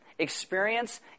Experience